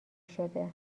شده